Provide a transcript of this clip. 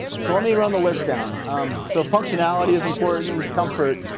so let me run the list down um so functionality is important. comfort,